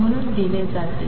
म्हणून दिले जाते